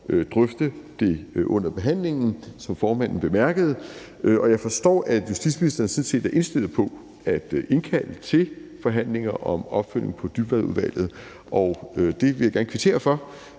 drøfte det under behandlingen, som formanden bemærkede. Og jeg forstår, at justitsministeren sådan set er indstillet på at indkalde til forhandlinger om opfølgning på Dybvadudvalget, og jeg vil gerne kvittere for,